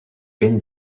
ben